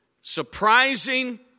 surprising